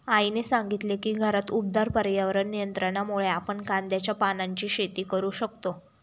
आईने सांगितले की घरात उबदार पर्यावरण नियंत्रणामुळे आपण कांद्याच्या पानांची शेती करू शकतो